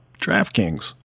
DraftKings